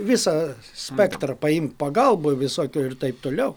visą spektrą paimt pagalbą visokią ir taip toliau